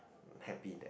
happy that